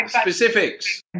specifics